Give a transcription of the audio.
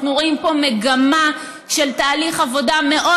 אנחנו רואים פה מגמה של תהליך עבודה מאוד